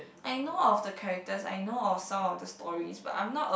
I know of the characters I know of some of the stories but I'm not a